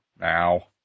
now